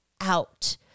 out